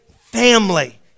family